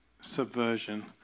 subversion